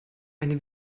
eine